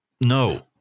no